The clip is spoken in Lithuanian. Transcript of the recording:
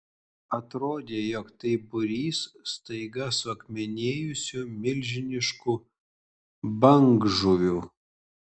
atrodė jog tai būrys staiga suakmenėjusių milžiniškų bangžuvių